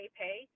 pay